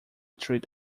treat